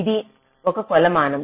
ఇది ఒక కొలమానము